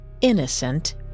innocent